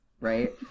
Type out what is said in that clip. Right